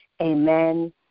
Amen